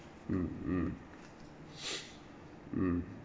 mm mm mm